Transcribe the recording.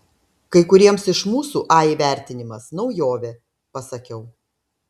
kai kuriems iš mūsų a įvertinimas naujovė pasakiau